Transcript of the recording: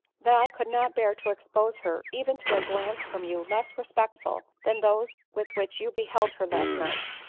that i could not bear to expose her even to a glance from you less respectful than those with which you beheld her last night.